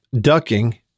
ducking